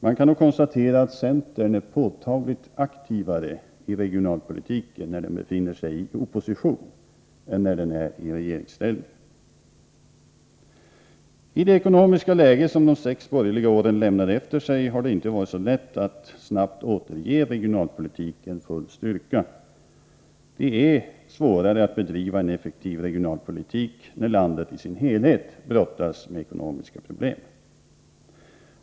Man kan nog konstatera att centern är påtagligt aktivare i fråga om regionalpolitik när partiet befinner sig i opposition än när det är i regeringsställning. I det ekonomiska läge som de sex borgerliga åren lämnade efter sig har det inte varit så lätt att snabbt återge regionalpolitiken full styrka. Det är svårare att bedriva en effektiv regionalpolitik när landet i sin helhet brottas med ekonomiska problem.